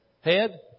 head